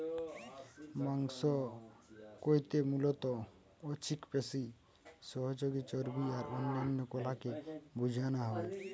মাংস কইতে মুলত ঐছিক পেশি, সহযোগী চর্বী আর অন্যান্য কলাকে বুঝানা হয়